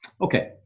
Okay